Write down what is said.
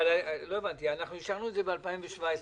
אישרנו את זה ב-2017.